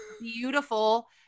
beautiful